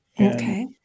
Okay